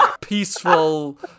peaceful